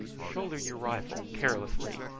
shoulder your rifle carelessly,